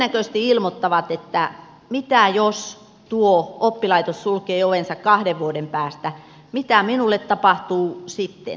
he todennäköisesti ilmoittavat että mitä jos tuo oppilaitos sulkee ovensa kahden vuoden päästä mitä minulle tapahtuu sitten